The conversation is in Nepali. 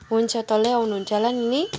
हुन्छ तलै आउनुहुन्छ होला नि नि